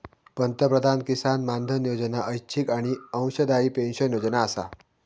पंतप्रधान किसान मानधन योजना ऐच्छिक आणि अंशदायी पेन्शन योजना आसा